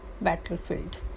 battlefield